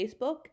Facebook